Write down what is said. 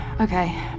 Okay